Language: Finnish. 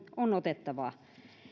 on otettava